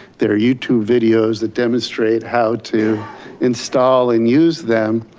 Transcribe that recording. there are youtube videos that demonstrate how to install and use them.